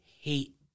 hate